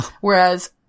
Whereas